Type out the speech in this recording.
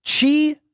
chi